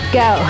go